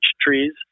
Trees